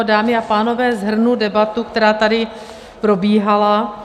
Dámy a pánové, shrnu debatu, která tady probíhala.